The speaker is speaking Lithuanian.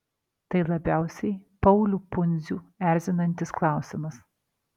tai labiausiai paulių pundzių erzinantis klausimas